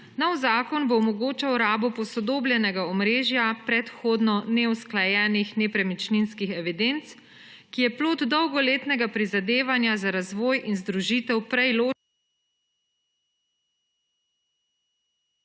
Nov zakon bo omogočal rabo posodobljenega omrežja predhodno neusklajenih nepremičninskih evidenc, ki je plod dolgoletnega prizadevanja za razvoj in združitev prej ločenih